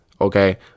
Okay